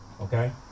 okay